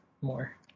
more